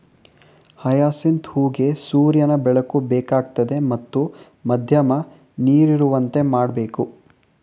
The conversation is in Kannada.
ಹಯಸಿಂತ್ ಹೂಗೆ ಸೂರ್ಯನ ಬೆಳಕು ಬೇಕಾಗ್ತದೆ ಮತ್ತು ಮಧ್ಯಮ ನೀರಿರುವಂತೆ ಮಾಡ್ಬೇಕು